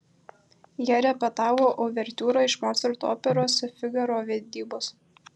jie repetavo uvertiūrą iš mocarto operos figaro vedybos